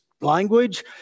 language